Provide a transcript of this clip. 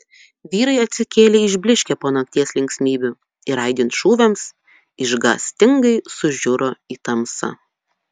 vyrai atsikėlė išblyškę po nakties linksmybių ir aidint šūviams išgąstingai sužiuro į tamsą